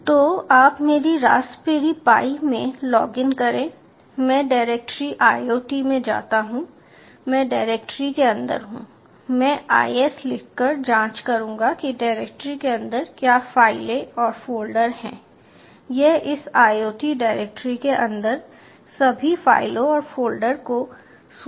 तो आप मेरी रास्पबेरी पाई में लॉगिन करें मैं डायरेक्टरी IoT में जाता हूं मैं डायरेक्टरी के अंदर हूं मैं ls लिखकर जांच करूंगा कि डायरेक्टरी के अंदर क्या फाइलें और फ़ोल्डर हैं यह इस iot डायरेक्टरी के अंदर सभी फ़ाइलों और फ़ोल्डरों को सूचीबद्ध करेगा